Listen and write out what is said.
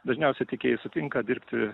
dažniausiai tikėjai sutinka dirbti